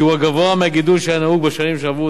שהוא הגבוה מהגידול שהיה נהוג בשנים שעברו,